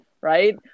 right